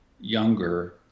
younger